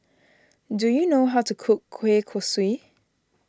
do you know how to cook Kueh Kosui